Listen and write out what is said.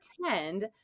pretend